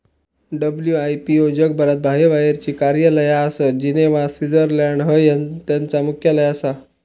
WIPO जगभरात बाह्यबाहेरची कार्यालया आसत, जिनेव्हा, स्वित्झर्लंड हय त्यांचा मुख्यालय आसा